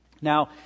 Now